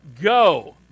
Go